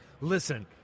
listen